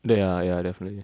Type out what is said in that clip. ya ya definitely